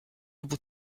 able